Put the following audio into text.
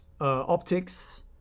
optics